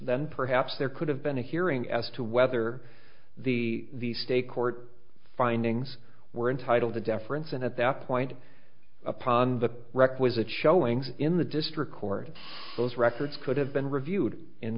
then perhaps there could have been a hearing as to whether the state court findings were entitled to deference and at that point upon the requisite showings in the district court those records could have been reviewed in